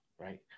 right